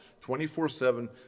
24-7